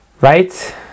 Right